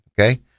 okay